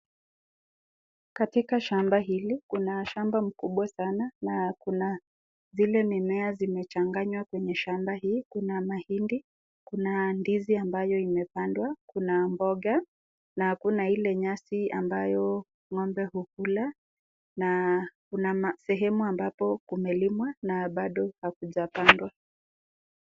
Katika shamba hili kuna shamba mkubwa sana na kuna zile mimea zimechanganywa kwenye shamba hii. Kuna mahindi, kuna ndizi ambayo imepandwa, kuna mboga na kuna Ile nyasi ambayo ng'ombe hukula na kuna sehemu ambapo kumelimwa na bado hakujapandwa.